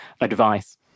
advice